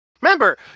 Remember